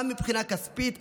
גם מבחינה כספית,